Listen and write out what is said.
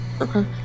Okay